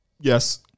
Yes